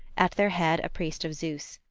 at their head a priest of zeus.